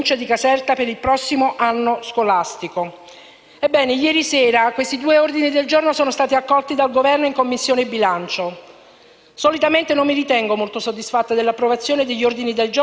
Solitamente non mi ritengo molto soddisfatta dell'approvazione degli ordini del giorno, perché raramente si dà seguito all'impegno preso. Devo dire però che le parole del vice ministro Morando mi fanno ben sperare